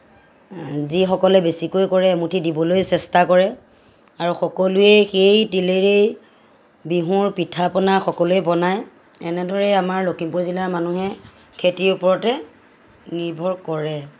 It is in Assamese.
যিসকলে বেছিকৈ কৰে এমুঠি দিবলৈ চেষ্টা কৰে আৰু সকলোৱেই সেই তিলেৰেই বিহুৰ পিঠা পনা সকলোৱে বনায় এনেদৰেই আমাৰ লখিমপুৰ জিলাৰ মানুহে খেতিৰ ওপৰতে নিৰ্ভৰ কৰে